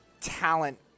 talent